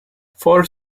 for